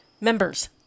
Members